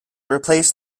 replaced